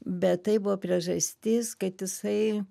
bet tai buvo priežastis kad jisai